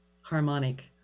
harmonic